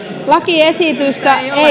lakiesitystä